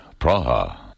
Praha